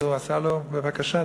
אז הוא עשה לו: בבקשה,